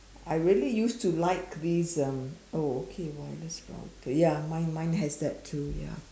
I really used to like these um oh okay wireless router mine mine has that too ya